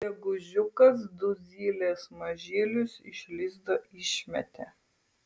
gegužiukas du zylės mažylius iš lizdo išmetė